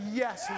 yes